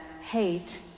hate